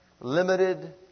limited